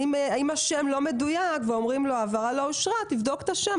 אם השם לא מדויק ואומרים לו שההעברה לא אושרה ותבדוק את השם,